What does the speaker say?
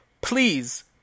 Please